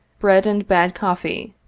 bread and bad coffee,